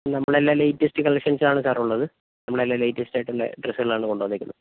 നമ്മളെല്ലാം latest collections ആണ് sir ഉള്ളത് നമ്മളെല്ലാം ലേറ്റസ്റ്റ് ആയിട്ടുള്ള ഡ്രെസ്സുകളാണ് കൊണ്ടൊന്നേക്കുന്നത്